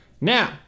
Now